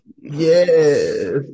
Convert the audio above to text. Yes